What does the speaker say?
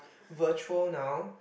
virtual now